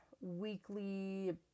weekly